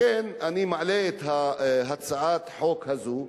לכן אני מעלה את הצעת החוק הזאת,